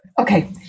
okay